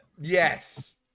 Yes